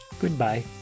Goodbye